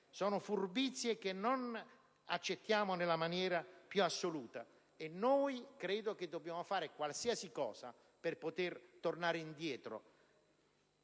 Sono furbizie che non accettiamo nella maniera più assoluta. Dobbiamo fare qualsiasi cosa per poter tornare indietro.